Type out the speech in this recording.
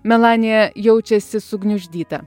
melanija jaučiasi sugniuždyta